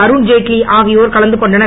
அருண்ஜெட்லி ஆகியோர் கலந்து கொண்டனர்